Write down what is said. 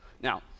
Now